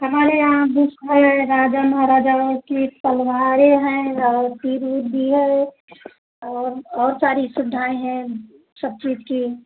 हमारे यहाँ दुष्ट है राजा महाराजाओं की तलवारें हैं और तीर उर भी है और और सारी सुविधाएं हैं सब चीज की